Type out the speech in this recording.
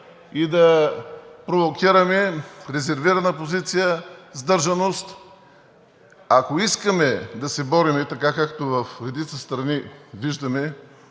и да провокираме резервирана позиция, сдържаност. Ако искаме да се борим, както в редица страни виждаме,